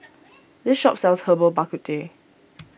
this shop sells Herbal Bak Ku Teh